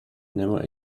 never